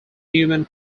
human